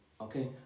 Okay